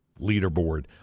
leaderboard